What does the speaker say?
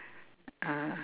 ah